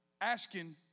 asking